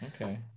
Okay